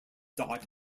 dot